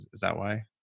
is that why?